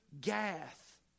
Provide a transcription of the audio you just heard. Gath